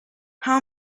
how